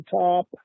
top